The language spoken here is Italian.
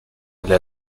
alle